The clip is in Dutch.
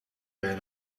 jij